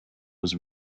was